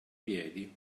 piedi